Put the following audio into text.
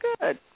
good